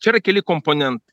čia yra keli komponen